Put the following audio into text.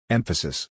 Emphasis